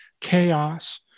chaos